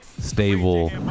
Stable